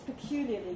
peculiarly